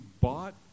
bought